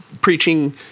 preaching